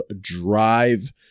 drive